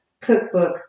cookbook